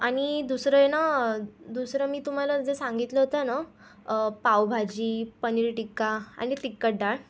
आणि दुसरं आहे ना दुसरं मी तुम्हाला जे सांगितलं होतं ना पावभाजी पनीर टिक्का आणि तिखट डाळ